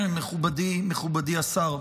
מכובדי השר,